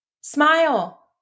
Smile